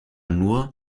nur